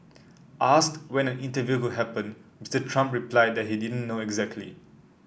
asked when an interview could happened Mister Trump replied that he didn't know exactly